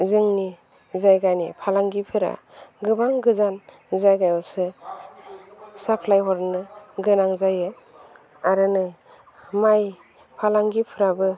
जोंनि जायगानि फालांगिफोरा गोबां गोजान जायगायावसो साप्लाय हरनो गोनां जायो आरो नै माइ फालांगिफोराबो